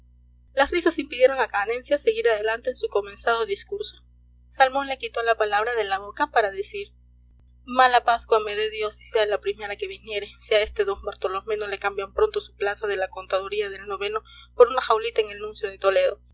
las risas impidieron a canencia seguir adelante en su comenzado discurso salmón le quitó la palabra de la boca para decir mala pascua me dé dios y sea la primera que viniere si a este d bartolomé no le cambian pronto su plaza de la contaduría del noveno por una jaulita en el nuncio de toledo